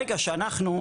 ברגע שאנחנו,